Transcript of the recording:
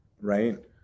right